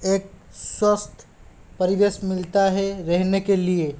एक स्वस्थ परिवेश मिलता है रहने के लिए